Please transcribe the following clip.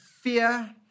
fear